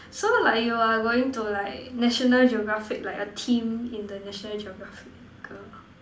so like you are going to like national geographic like a team in the national geographical